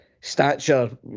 stature